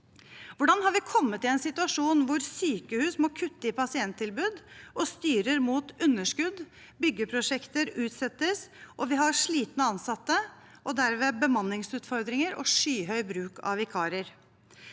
Hvordan har vi kommet i en situasjon hvor sykehus må kutte i pasienttilbud og styrer mot underskudd? Byggeprosjekter utsettes, og vi har slitne ansatte og derved bemanningsutfordringer og skyhøy bruk av vikarer.